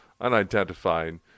unidentified